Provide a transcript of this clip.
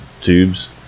tubes